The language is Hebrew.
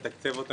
נתקצב אותו,